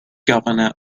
governor